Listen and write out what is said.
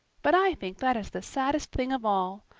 but i think that is the saddest thing of all.